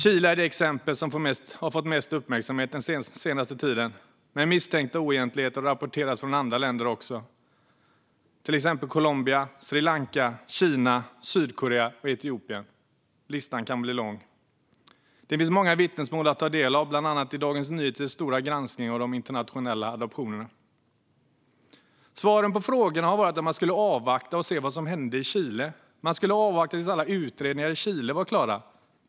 Chile är det exempel som har fått mest uppmärksamhet den senaste tiden, men misstänkta oegentligheter har rapporterats även från andra länder, till exempel Colombia, Sri Lanka, Kina, Sydkorea och Etiopien. Listan kan bli lång. Det finns många vittnesmål att ta del av, bland annat i Dagens Nyheters stora granskning av de internationella adoptionerna. Svaren på frågorna har varit att man ska avvakta och se vad som händer i Chile. Man skulle avvakta tills alla utredningar i Chile var klara.